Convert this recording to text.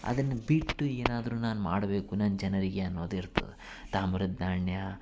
ಅದನ್ನು ಬಿಟ್ಟು ಏನಾದ್ರೂ ನಾನು ಮಾಡಬೇಕು ನನ್ನ ಜನರಿಗೆ ಅನ್ನೋದು ಇರ್ತದೆ ತಾಮ್ರದ ನಾಣ್ಯ